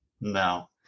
No